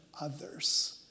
others